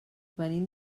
venim